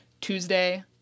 Tuesday